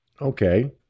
Okay